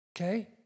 Okay